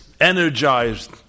energized